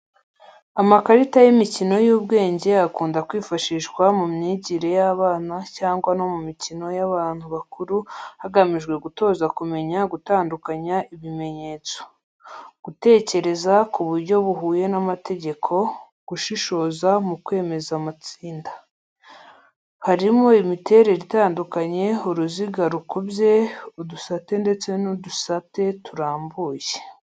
Amakarita y’imikino y’ubwenge akunda kwifashishwa mu myigire y’abana cyangwa no mu mikino y’abantu bakuru hagamijwe gutoza kumenya gutandukanya ibimenyetso, gutekereza ku buryo buhuye n’amategeko, gushishoza mu kwemeza amatsinda. Harimo imiterere itandukanye uruziga rukubye, udusate ndetse n'udusate turambuye.